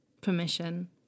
permission